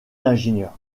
l’ingénieur